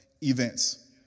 events